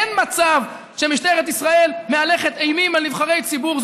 אין מצב שמשטרת ישראל מהלכת אימים על נבחרי ציבור.